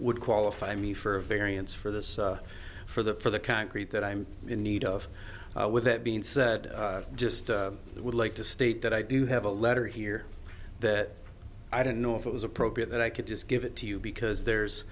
would qualify me for a variance for this for that for the concrete that i'm in need of with that being said i just would like to state that i do have a letter here that i don't know if it was appropriate that i could just give it to you because there's